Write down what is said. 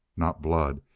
not blood.